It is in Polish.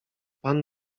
pan